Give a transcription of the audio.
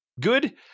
good